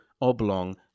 oblong